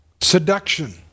seduction